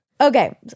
Okay